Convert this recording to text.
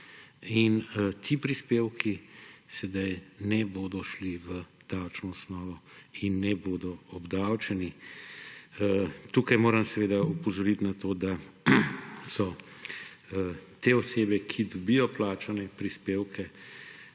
Ti prispevki sedaj ne bodo šli v davčno osnovo in ne bodo obdavčeni. Tukaj moram seveda opozoriti na to, da so te osebe, ki dobijo plačane prispevke,